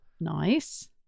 Nice